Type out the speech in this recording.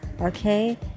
Okay